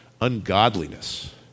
Ungodliness